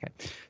okay